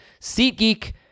SeatGeek